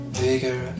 bigger